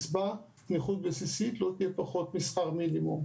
שקצבה לנכות בסיסית לא תהיה פחות משכר מינימום.